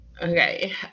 Okay